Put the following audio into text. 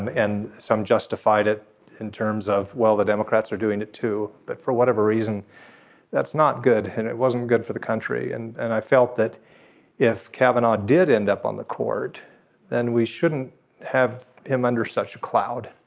and and some justified it in terms of well the democrats are doing it too but for whatever reason that's not good. and it wasn't good for the country and and i felt that if cabinet did end up on the court then we shouldn't have him under such a cloud.